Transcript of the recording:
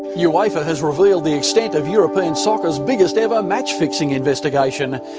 yeah uefa has revealed the extent of european soccer's biggest ever match-fixing investigation.